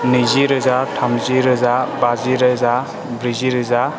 नैजि रोजा थामजि रोजा बाजि रोजा ब्रैजि रोजा